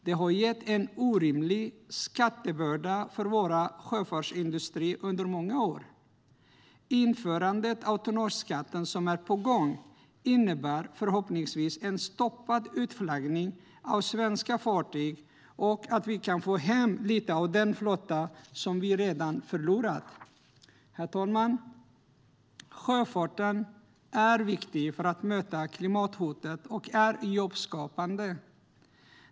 Det har gett en orimlig skattebörda för vår sjöfartsindustri under många år. Införandet av tonnageskatten, vilket är på gång, innebär förhoppningsvis en stoppad utflaggning av svenska fartyg och att vi kan få hem lite av den flotta som vi redan har förlorat. Herr talman! Sjöfarten är viktig för att möta klimathotet samtidigt som den är jobbskapande.